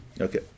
Okay